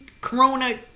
corona